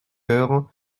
heures